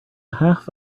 half